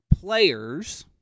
players